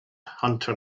hunter